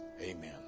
Amen